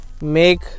make